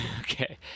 Okay